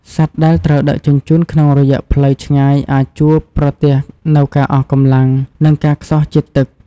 សត្វដែលត្រូវដឹកជញ្ជូនក្នុងរយៈផ្លូវឆ្ងាយអាចជួបប្រទះនូវការអស់កម្លាំង និងការខ្សោះជាតិទឹក។